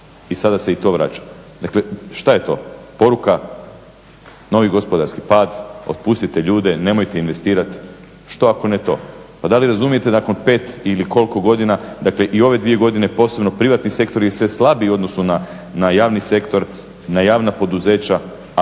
i sada se i to vraća. Dakle, što je to? Poruka novi gospodarski pad, otpustite ljude, nemojte investirati. Što ako ne to? Pa da li razumijete nakon 5 ili koliko godina, dakle i ove dvije godine posebno privatni sektor je sve slabiji u odnosu na javni sektor, na javna poduzeća,